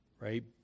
right